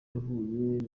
yahuye